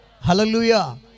Hallelujah